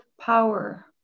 power